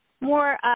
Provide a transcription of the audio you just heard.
more